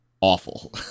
awful